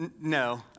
No